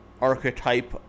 archetype